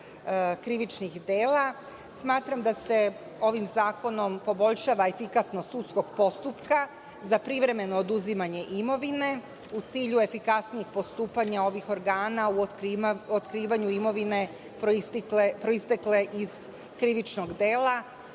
krivičnih dela, smatram da se ovim zakonom poboljšava efikasnost sudskog postupka za privremeno oduzimanje imovine u cilju efikasnijeg postupanja ovih organa u otkrivanju imovine proistekle iz krivičnog dela,